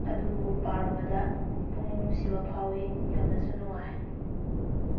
ꯑꯗꯨꯕꯨ ꯄꯥꯔꯨꯕꯗ ꯄꯨꯛꯅꯤꯡ ꯅꯨꯡꯁꯤꯕ ꯐꯥꯎꯏ ꯌꯥꯝꯅꯁꯨ ꯅꯨꯡꯉꯥꯏ